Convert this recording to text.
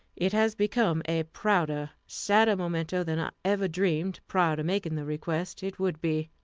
it has become a prouder, sadder memento than i ever dreamed prior to making the request it would be.